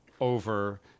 over